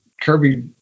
Kirby